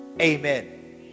Amen